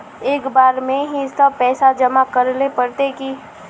एक बार में ही सब पैसा जमा करले पड़ते की?